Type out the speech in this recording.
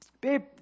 Babe